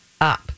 up